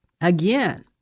Again